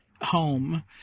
home